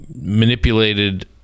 manipulated